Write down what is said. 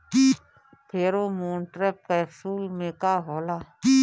Pheromone trap capsule में का होला?